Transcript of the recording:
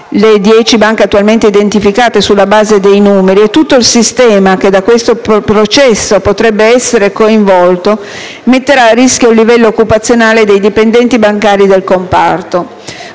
dieci banche attualmente identificate sulla base dei numeri e tutto il sistema che da questo processo potrebbe essere coinvolto) metterà a rischio il livello occupazionale dei dipendenti bancari del comparto.